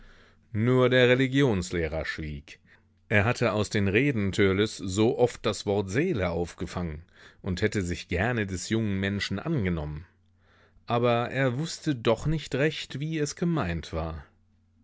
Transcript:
nur der religionslehrer schwieg er hatte aus den reden törleß so oft das wort seele aufgefangen und hätte sich gerne des jungen menschen angenommen aber er wußte doch nicht recht wie es gemeint war